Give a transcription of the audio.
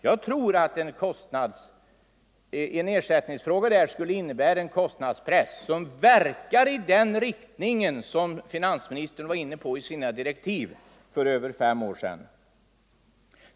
Jag tror att en ersättning skulle innebära en kostnadspress som verkade i den riktning som finansministern var inne på i sina direktiv för över fem år sedan.